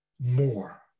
more